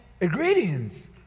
ingredients